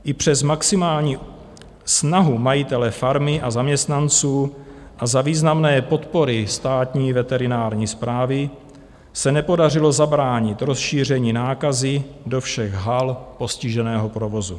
I přes maximální snahu majitele farmy a zaměstnanců a za významné podpory Státní veterinární správy se nepodařilo zabránit rozšíření nákazy do všech hal postiženého provozu.